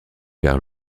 vers